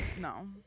No